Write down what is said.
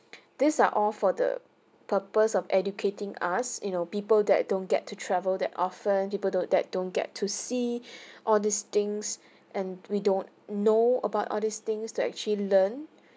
these are all for the purpose of educating us you know people that don't get to travel that often people don't that don't get to see all these things and we don't know about all these things to actually learn